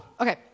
okay